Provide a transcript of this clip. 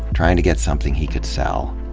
trying to get something he could sell.